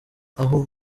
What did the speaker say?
aho